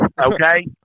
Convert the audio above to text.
Okay